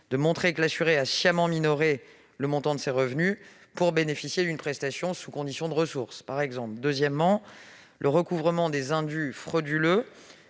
de montrer que l'assuré a sciemment minoré le montant de ses revenus, par exemple pour bénéficier d'une prestation sous conditions de ressources. D'autre part, le recouvrement des indus frauduleux